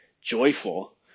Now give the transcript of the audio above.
joyful